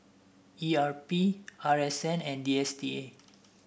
E R P R S N and D S T A